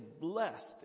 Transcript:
blessed